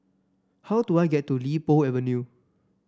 how do I get to Li Po Avenue